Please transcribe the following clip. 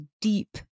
deep